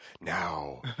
now